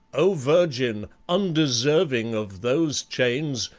o virgin, undeserving of those chains,